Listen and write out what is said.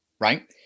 Right